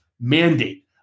mandate